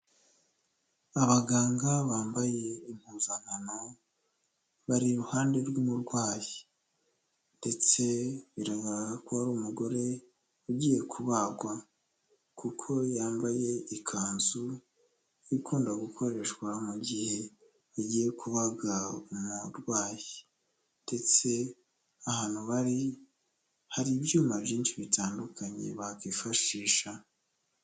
Abaganga bambaye impuzankano bari iruhande rw'umurwayi ndetse biragara ko ari umugore ugiye kubagwa, kuko yambaye ikanzu ikunda gukoreshwa mu gihe bagiye kubaga umurwayi, ndetse ahantu bari hari ibyuma byinshi bitandukanye bakwifashisha.